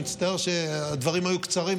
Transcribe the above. אני מצטער שהדברים היו קצרים,